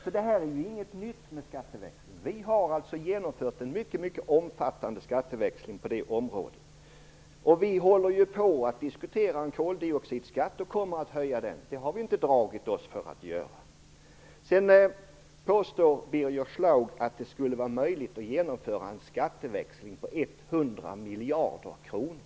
Skatteväxling är inget nytt. Vi har alltså genomfört en mycket omfattande skatteväxling på det området. Vi håller på att diskutera att höja koldioxidskatten, det har vi inte dragit oss för att göra. Birger Schlaug påstår att det skulle vara möjligt att genomföra en skatteväxling på 100 miljarder kronor.